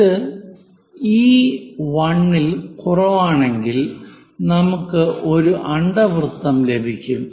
ഇത് e 1 ൽ കുറവാണെങ്കിൽ നമുക്ക് ഒരു അണ്ഡവൃത്തം ലഭിക്കും